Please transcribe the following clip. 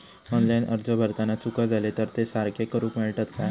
Online अर्ज भरताना चुका जाले तर ते सारके करुक मेळतत काय?